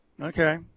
Okay